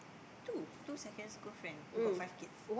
two two secondary school friend who got five kids